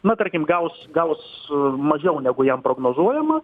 na tarkim gaus gaus mažiau negu jam prognozuojama